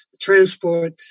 transport